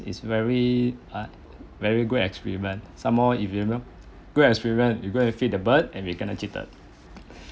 is very uh very good experiment somemore if you remember good experience you go and feed the bird and we kena cheated